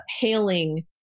hailing